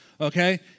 okay